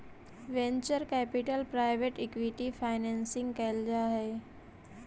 venture capital private equity financing कैल जा हई